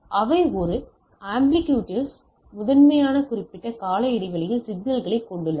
அவை ஒரு ஆம்ப்ளிடியூட்ஸ் முதன்மையாக குறிப்பிட்ட கால இடைவெளியில் சிக்னல்களைக் கொண்டுள்ளன